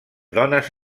dones